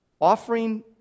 Offering